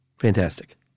Fantastic